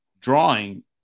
drawing